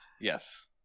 yes